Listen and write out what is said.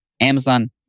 Amazon